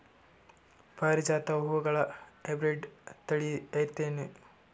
ಪಾರಿಜಾತ ಹೂವುಗಳ ಹೈಬ್ರಿಡ್ ಥಳಿ ಐತೇನು?